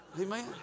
Amen